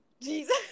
Jesus